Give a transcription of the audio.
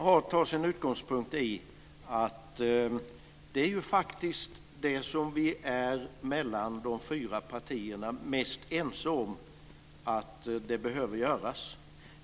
Det tar sin utgångspunkt i att det ju faktiskt är det som vi mellan de fyra partierna är mest ense om behöver göras.